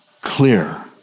clear